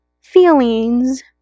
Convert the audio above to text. feelings